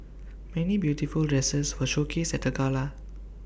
many beautiful dresses were showcased at the gala